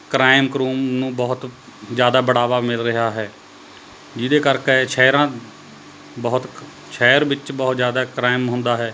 crime ਕਰੂਮ ਨੂੁੰ ਬਹੁਤ ਜ਼ਿਆਦਾ ਬਢਾਵਾ ਮਿਲ ਰਿਹਾ ਹੈ ਜਿਹਦੇ ਕਰਕੇ ਸ਼ਹਿਰਾਂ ਬਹੁਤ ਸ਼ਹਿਰ ਵਿੱਚ ਬਹੁਤ ਜ਼ਿਆਦਾ ਕ੍ਰਾਇਮ ਹੁੰਦਾ ਹੈ